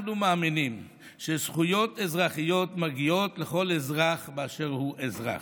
אנחנו מאמינים שזכויות אזרחיות מגיעות לכל אזרח באשר הוא אזרח.